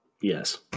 Yes